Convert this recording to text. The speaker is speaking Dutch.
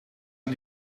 aan